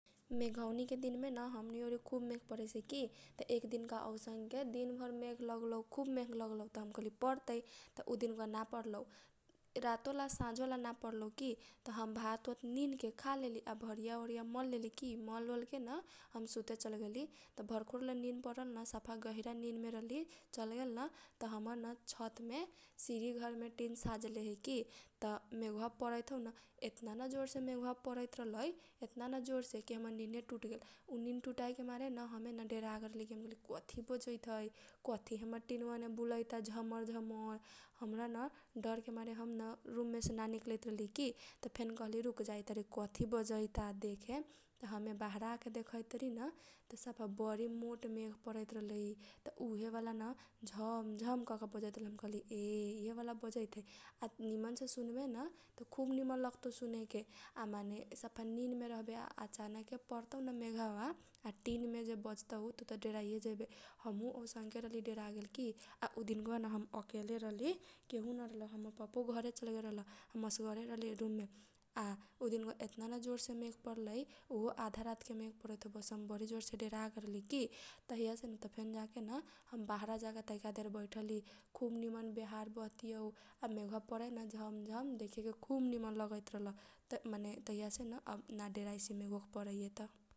मेघौनी के दिनमेन हमनी ओरी खुब मेघ परैसै की त एक दिनका औसनके दिन भर मेघ लागलौ खुब मेघ लागलौ त हम कहली परतै। त उ दिनका बा ना परलौ रातो ला साझोला ना परलौ की त हम भात ओत निनके खा लेली आ भरीया ओरीया मल लेली की मल ओर केन हम सुते चल गेली। त भरखो भरखो रहल निन परलन सफा गहिरा निन मे रहली चल गेल न । त हमर न छतमे छिरी घरमे टिन साझले है की त मेघवा परैत हौ न त एतना न जोर से मेघबा परैत रहलै एतना न जोर से की हमर निने टुट गेल उ निन टुटाइ के मारेन हमे न डेरा गेल रहली हम कहली कथी बजैत है कथी हमर टिनबा मे बुलैता झमर झमर। हमरा न डरके मारे न हम न रूममे से ना रहली निखलैत की त फेन कहली रूक जाइतारी कथी बजैता देखे। त हमे बहारा आके देखैतारीन त सफा बरी मोट मेघ परैत रहलै त उहे बाला न झम झम करके बजैतरहलै त हम कहली ये इहे बाला बजैत है। आ निमन से सुनबे न त खुब निमन लगतौ सुनेके आ माने सफा निन मे रहबे आ अचानके परतौन मेघबा आ टिनबा बजतौ त डेरैइये जैबे। हमहु औसनके रहली डेरा गेल की आ उ दिनका बा न हम अकेले रहली केहु ना रहल हमर पपो घरे चल गेल रहल हम अकेले रहली रूममे आ उ दिनका बा एतना न जोर से मेघ परलै उहो आधा रातके मेघ परैत हौ। बस हम बरी जोरसे डेरा गेल रहली की तहीया सेन त बेन जाके न हम बाहरा जाके तैका देर बैठली खुब निमन बेहार बहतियौ आ मेघबा परेन झमझम देखेके खुब निमन लगैत रहल। त माने तहिया से न अब ना डेराइसी मेघ ओघ परैये त ।